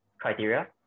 criteria